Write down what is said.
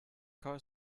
car